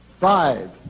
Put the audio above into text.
Five